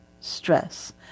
stress